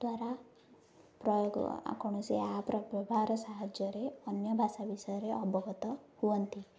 ଦ୍ୱାରା ପ୍ରୟୋଗ କୌଣସି ଏହା ବ୍ୟବହାର ସାହାଯ୍ୟରେ ଅନ୍ୟ ଭାଷା ବିଷୟରେ ଅବଗତ ହୁଅନ୍ତି